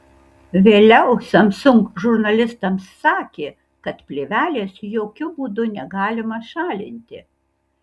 vėliau samsung žurnalistams sakė kad plėvelės jokiu būdu negalima šalinti